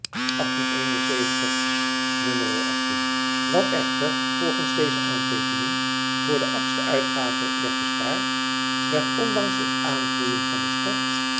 n wat echter volgens deze aanteekening voor de achtste uitgave werd bespaard werd ondanks het aangroeien van de stof